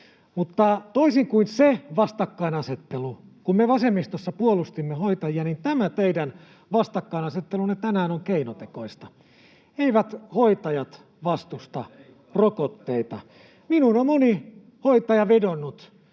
toisin kuin se vastakkainasettelu, kun me vasemmistossa puolustimme hoitajia, tämä teidän vastakkainasettelunne tänään on keinotekoista. [Juha Mäenpää: Te ette leikkaa, te lopetatte